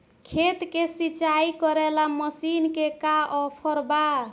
खेत के सिंचाई करेला मशीन के का ऑफर बा?